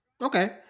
Okay